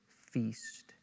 feast